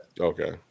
Okay